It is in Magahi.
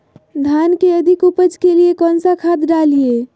धान के अधिक उपज के लिए कौन खाद डालिय?